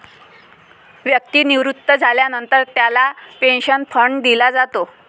व्यक्ती निवृत्त झाल्यानंतर त्याला पेन्शन फंड दिला जातो